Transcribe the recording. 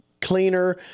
cleaner